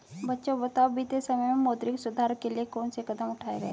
बच्चों बताओ बीते समय में मौद्रिक सुधार के लिए कौन से कदम उठाऐ गए है?